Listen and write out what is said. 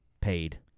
paid